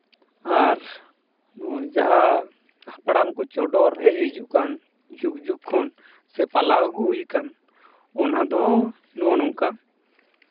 ᱟᱨ ᱡᱟᱦᱟᱸ ᱦᱟᱯᱲᱟᱢ ᱠᱚ ᱪᱚᱰᱚᱨ ᱦᱮᱡ ᱦᱤᱡᱩᱜ ᱠᱟᱱ ᱡᱩᱜᱽ ᱡᱩᱜᱽ ᱠᱷᱚᱱ ᱥᱮ ᱯᱟᱞᱟᱣ ᱟᱹᱜᱩ ᱦᱩᱭ ᱟᱠᱟᱱ ᱚᱱᱟ ᱫᱚ ᱱᱚᱸᱜᱼᱚ ᱱᱚᱝᱠᱟ